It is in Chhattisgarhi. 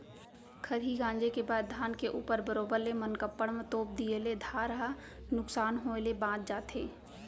खरही गॉंजे के बाद धान के ऊपर बरोबर ले मनकप्पड़ म तोप दिए ले धार ह नुकसान होय ले बॉंच जाथे